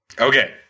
Okay